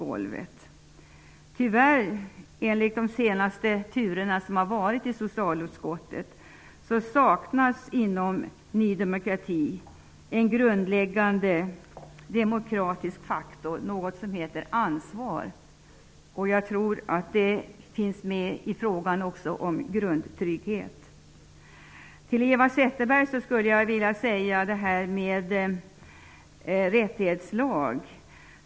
Enligt vad vi har sett under de senaste turerna i socialutskottet saknas det inom Ny demokrati något som är grundläggande för demokratin, nämligen ansvar. Jag tror att det gäller också frågan om grundtrygghet. Till Eva Zetterberg skulle jag vilja säga några ord när det gäller frågan om en rättighetslag.